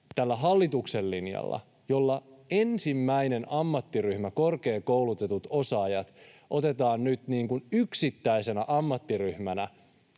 tällä hallituksen linjalla, jolla ensimmäinen ammattiryhmä, korkeakoulutetut osaajat, otetaan nyt yksittäisenä ammattiryhmänä